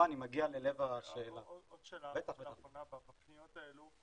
בפניות האלה,